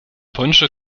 polnische